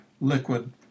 liquid